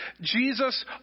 Jesus